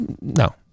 No